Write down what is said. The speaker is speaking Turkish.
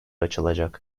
açılacak